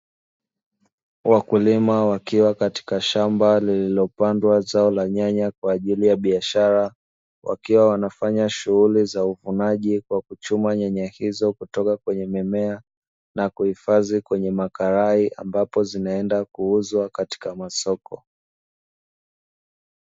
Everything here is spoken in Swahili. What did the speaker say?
Wakulima wakiwa katika shamba lililopandwa zao la nyanya kwa ajili ya biashara, wakiwa wanafanya shughuli za uvunaji kwa kuchuma nyanya hizo kutoka kwenye mimea na kuhifadhi kwenye makarai ambapo zinaenda kuuzwa katika masoko.